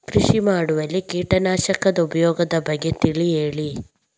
ಕೃಷಿ ಮಾಡುವಲ್ಲಿ ಕೀಟನಾಶಕದ ಉಪಯೋಗದ ಬಗ್ಗೆ ತಿಳಿ ಹೇಳಿ